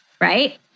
Right